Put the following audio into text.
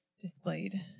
displayed